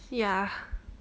ya